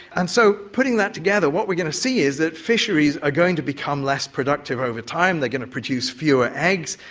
and so putting that together, what we're going to see is that fisheries are going to become less productive over time, they going to produce fewer eggs,